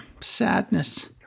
sadness